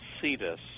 Cetus